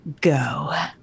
go